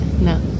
no